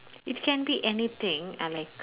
it can be anything uh like